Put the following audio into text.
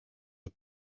the